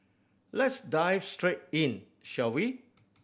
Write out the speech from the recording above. let's dive straight in shall we